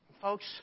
Folks